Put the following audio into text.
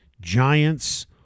Giants